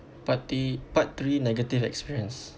part tree part three negative experience